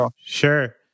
Sure